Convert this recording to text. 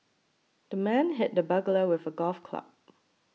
the man hit the burglar with a golf club